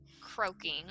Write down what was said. croaking